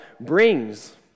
brings